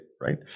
right